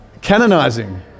canonizing